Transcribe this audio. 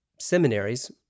seminaries